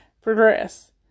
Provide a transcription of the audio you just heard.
progress